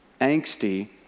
angsty